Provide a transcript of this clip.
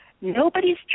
Nobody's